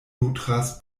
nutras